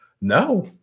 no